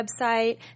website